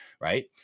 right